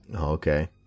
Okay